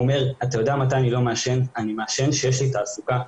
הוא אמר שהוא לא מעשן כשיש לו תעסוקה.